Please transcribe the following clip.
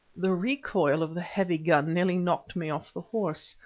the recoil of the heavy gun nearly knocked me off the horse.